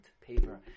paper